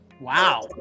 wow